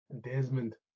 Desmond